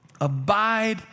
Abide